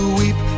weep